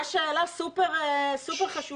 לא, אבל זו שאלה סופר חשובה.